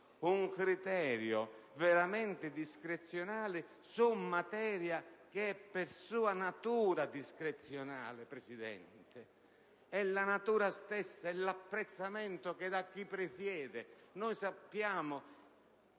un criterio veramente discrezionale su materia che per sua natura è discrezionale, signor Presidente. È la sua stessa natura. È l'apprezzamento che dà chi presiede.